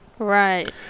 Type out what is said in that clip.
Right